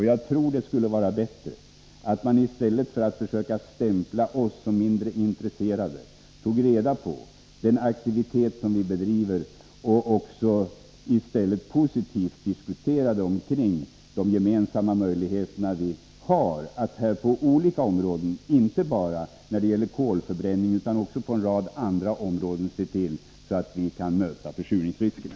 Jag tror att det skulle vara bättre om man i stället för att stämpla oss som mindre intresserade höll reda på den aktivitet som vi bedriver och positivt diskuterar de möjligheter vi har att på olika områden, inte bara när det gäller kolförbränning utan också på en rad andra områden, se till att vi kan möta försurningsriskerna.